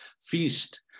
feast